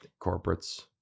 corporates